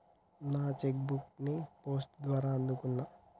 నా cheque book ని post ద్వారా అందుకున్నా